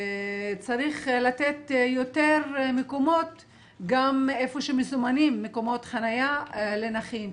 צריך לתת יותר מקומות גם איפה שמסומנים מקומות חנייה לנכים.